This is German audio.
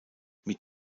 mit